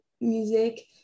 music